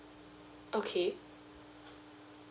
okay